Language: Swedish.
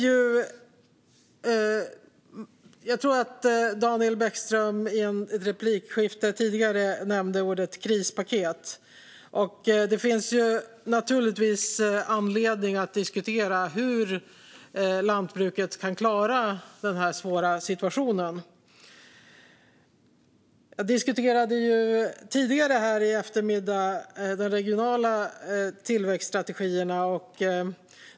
Jag tror att Daniel Bäckström i ett tidigare replikskifte nämnde ordet krispaket. Det finns naturligtvis anledning att diskutera hur lantbruket kan klara den svåra situationen. Jag diskuterade tidigare här i eftermiddag de regionala tillväxtstrategierna.